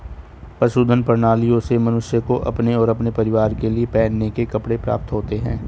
पशुधन प्रणालियों से मनुष्य को अपने और अपने परिवार के लिए पहनने के कपड़े प्राप्त होते हैं